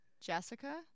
Jessica